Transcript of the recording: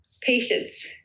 Patience